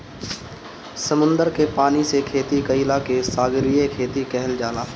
समुंदर के पानी से खेती कईला के सागरीय खेती कहल जाला